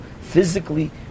physically